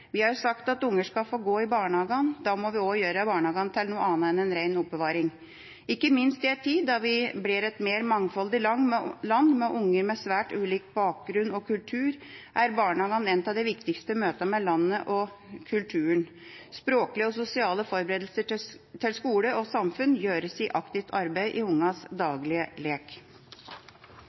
Vi har sagt at unger skal få gå i barnehagen. Da må vi også gjøre barnehagen til noe annet enn en ren oppbevaring. Ikke minst i en tid da vi blir et mer mangfoldig land, med unger med svært ulik bakgrunn og kultur, er barnehagene et av de viktigste møtene med landet og kulturen. Språklige og sosiale forberedelser til skole og samfunn gjøres i aktivt arbeid i ungenes